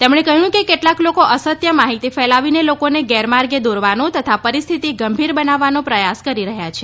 તેમણે કહ્યું કે કેટલાક લોકો અસત્ય માહિતી ફેલાવીને લોકોને ગેરમાર્ગે દોરવાનો તથા પરિસ્થિતિ ગંભીર બનાવવાનો પ્રયાસ કરી રહ્યા છે